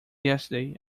yesterday